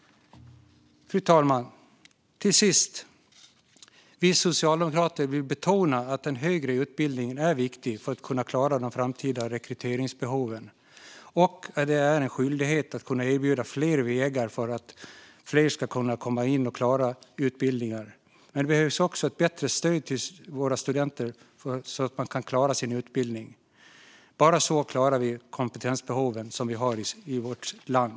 Fru talman! Socialdemokraterna vill betona att den högre utbildningen är viktig för att vi ska klara de framtida rekryteringsbehoven och att det är en skyldighet att erbjuda fler vägar för att fler ska kunna komma in på utbildningar. Det behövs dock även bättre stöd till våra studenter, så att de klarar sin utbildning. Bara så klarar vi att tillgodose de kompetensbehov vi har i vårt land.